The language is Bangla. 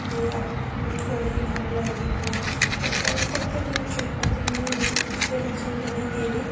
দিই আপ আপলোড করি ভালো লাগে এগুলো প্রত্যেক আমি প্রত্যেক দিনের ছবি প্রত্যেক দিনই দিই ডেইলির ছবি ডেইলিই দিয়ে দিই